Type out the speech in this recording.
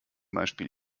beispiel